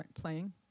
playing